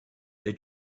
they